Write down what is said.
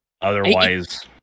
Otherwise